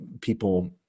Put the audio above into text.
people